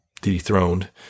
dethroned